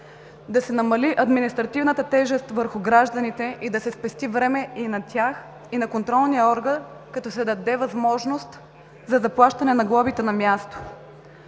да се намали административната тежест върху гражданите и да се спести време и на тях, и на контролния орган, като се даде възможност за заплащане на глобите на място;